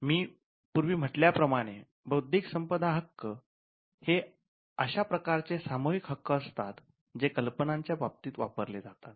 मी पूर्वी म्हटल्या प्रमाणे बौद्धिक संपदा हक्क हे अशा प्रकारचे सामूहिक हक्क असतात जे कल्पनांच्या बाबतीत वापरले जातात